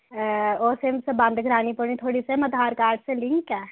ओह् सिम तुसें बंद कराने पौनी थोआड़ी सिम आधार कार्ड च लिंक ऐ